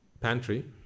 pantry